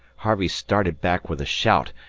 harvey started back with a shout,